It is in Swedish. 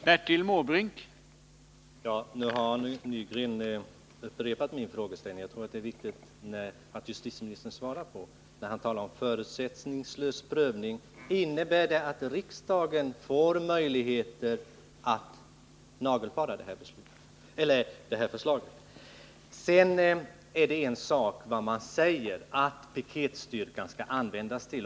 Herr talman! Arne Nygren har upprepat min frågeställning. Jag tror det är viktigt att justitieministern säger vad han menar när han talar om förutsättningslös prövning. Innebär det att riksdagen får möjlighet att nagelfara förslaget? Det är en sak vad man säger att piketstyrkan skall användas till, en annan Nr 153 vad som händer i verkligheten.